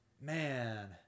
man